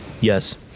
Yes